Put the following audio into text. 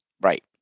Right